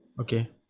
Okay